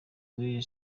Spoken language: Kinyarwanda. kuri